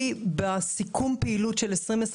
סיכום פעילות שנת 2022.)